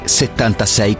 76